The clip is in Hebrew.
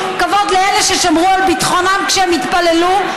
כבוד לאלה ששמרו על ביטחונם כשהם התפללו.